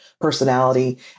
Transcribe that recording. personality